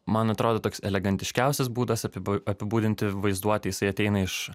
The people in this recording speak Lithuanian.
man atrodo toks elegantiškiausias būdas apibū apibūdinti vaizduotę jisai ateina iš